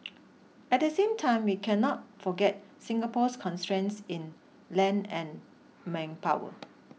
at the same time we cannot forget Singapore's constraints in land and manpower